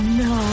no